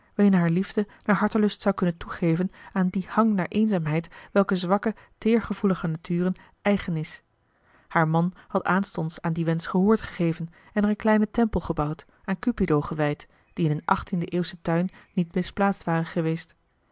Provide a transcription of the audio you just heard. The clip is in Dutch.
haar liefde naar hartelust zou kunnen toegeven aan dien hang naar eenzaamheid welke zwakken teergevoeligen naturen eigen is haar marcellus emants een drietal novellen man had aanstonds aan dien wensch gehoor gegeven en er een kleinen tempel gebouwd aan cupido gewijd die in een achttiende eeuwsche tuin niet misplaatst ware geweest